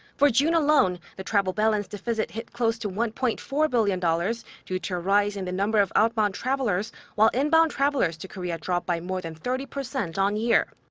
for june alone, the travel balance deficit hit close to one point four billion dollars due to a rise in the number of outbound travelers, while inbound travelers to korea dropped by more than thirty percent on-year.